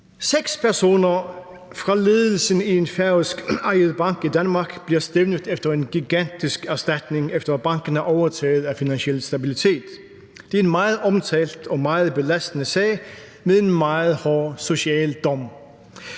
Seks personer fra ledelsen i en færøskejet bank i Danmark bliver stævnet for en gigantisk erstatning, efter at banken er blevet overtaget af Finansiel Stabilitet. Det er en meget omtalt og meget belastende sag med en meget hård social dom.